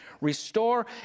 Restore